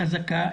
חזקה,